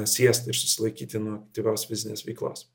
siestą ir susilaikyti nuo aktyvios fizinės veiklos